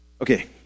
Okay